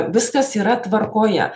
viskas yra tvarkoje